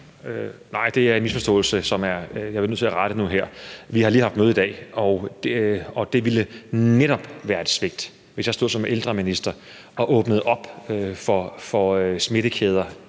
Nej, det er en misforståelse, som jeg er nødt til at rette nu her. Vi har lige haft møde i dag, og det ville netop være et svigt, hvis jeg stod som ældreminister og åbnede op for smittekæder,